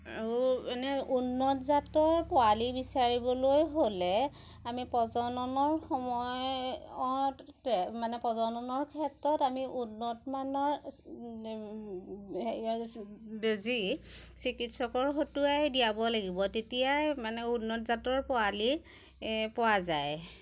আৰু ইনে উন্নত জাতৰ পোৱালি বিচাৰিবলৈ হ'লে আমি প্ৰজননৰ সময়তে মানে প্ৰজননৰ ক্ষেত্ৰত আমি উন্নতমানৰ হেৰি বেজি চিকিৎসকৰ হতুৱাই দিয়াব লাগিব তেতিয়াই মানে উন্নত জাতৰ পোৱালি এ পোৱা যায়